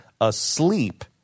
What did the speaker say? asleep